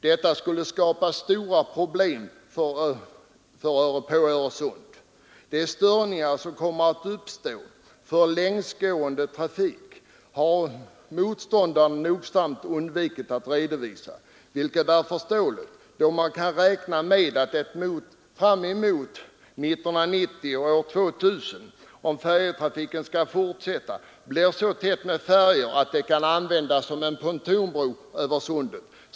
Detta skulle skapa stora problem för Öresund. De störningar som kommer att uppstå för längsgående trafik har motståndarna nogsamt undvikit att redovisa, vilket är förståeligt då man kan räkna med att om färjetrafiken skall fortsätta, blir det fram emot 1990 och år 2000 så tätt med färjor att de kan användas som en pontonbro över Öresund.